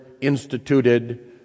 instituted